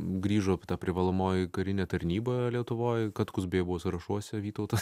grįžo privalomoji karinė tarnyba lietuvoj katkus beje buvo sąrašuose vytautas